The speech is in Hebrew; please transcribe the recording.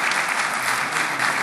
22 בינואר